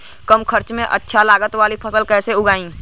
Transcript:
कम खर्चा में अच्छा लागत वाली फसल कैसे उगाई?